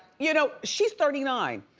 you know she's thirty nine.